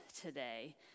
today